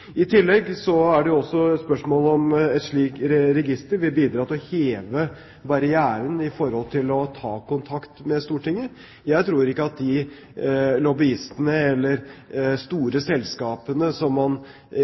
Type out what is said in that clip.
om et slikt register vil bidra til å heve barrieren for å ta kontakt med Stortinget. Jeg tror ikke at de lobbyistene eller de store selskapene som man